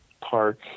Park